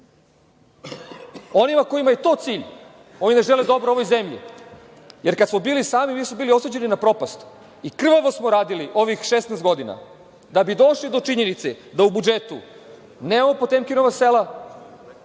Onima kojima je to cilj, oni ne žele dobro ovoj zemlji, jer kada smo bili sami, mi smo bili osuđeni na propast i krvavo smo radili ovih 16 godina da bi došli do činjenice da u budžetu nemamo potemkivanova sela,